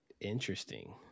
interesting